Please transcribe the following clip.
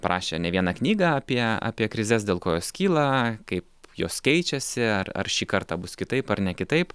parašę ne vieną knygą apie apie krizes dėl ko jos kyla kaip jos keičiasi ar ar šį kartą bus kitaip ar ne kitaip